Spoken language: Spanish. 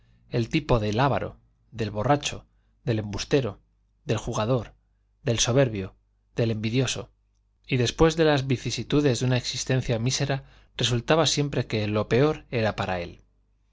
el tipo del avaro del borracho del embustero del jugador del soberbio del envidioso y después de las vicisitudes de una existencia mísera resultaba siempre que lo peor era para él su